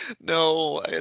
No